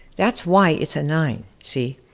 that's why it's a nine, see?